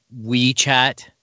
WeChat